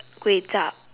kway-chap